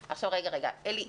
אלי,